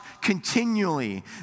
continually